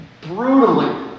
brutally